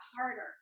harder